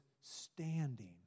standing